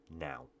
now